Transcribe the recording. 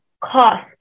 cost